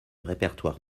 répertoire